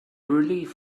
relief